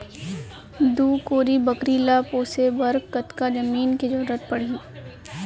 दू कोरी बकरी ला पोसे बर कतका जमीन के जरूरत पढही?